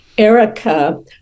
Erica